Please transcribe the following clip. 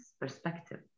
perspective